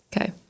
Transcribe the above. Okay